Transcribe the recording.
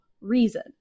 reason